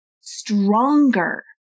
stronger